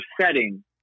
setting